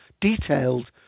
detailed